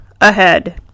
ahead